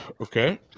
Okay